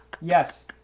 yes